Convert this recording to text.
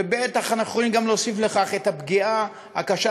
ובטח אנחנו יכולים להוסיף לכך את הפגיעה הקשה